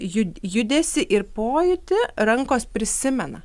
jud judesį ir pojūtį rankos prisimena